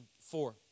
four